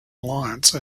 alliance